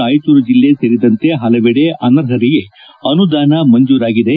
ರಾಯಚೂರು ಜಿಲ್ಲೆ ಸೇರಿದಂತೆ ಪಲವಡೆ ಅನರ್ಹರಿಗೆ ಅನುದಾನ ಮಂಜೂರಾಗಿದೆ